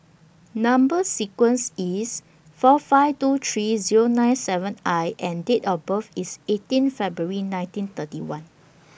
Number sequence IS S four five two three Zero nine seven I and Date of birth IS eighteen February nineteen thirty one